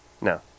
No